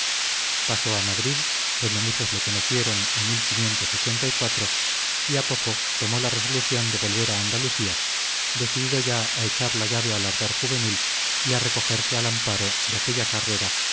pasó a madrid donde muchos le conocieron en y a poco tomó la resolución de volver a andalucía decidido ya a echar la llave al ardor juvenil y a recogerse al amparo de aquella carrera